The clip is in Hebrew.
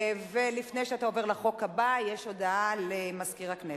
לפני שאתה עובר לחוק הבא יש הודעה למזכיר הכנסת.